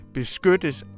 beskyttes